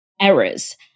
errors